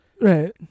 right